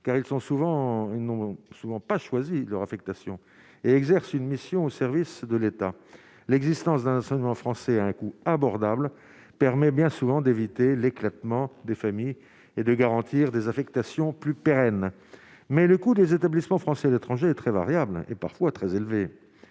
ils n'ont souvent pas choisi leur affectation et exerce une mission au service de l'État, l'existence d'un enseignement français à un coût abordable permet bien souvent d'éviter l'éclatement des familles et de garantir des affectations plus pérenne, mais le coup des établissements français à l'étranger est très variable et parfois très élevés